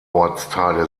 ortsteile